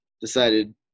decided